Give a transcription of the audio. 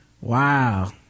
Wow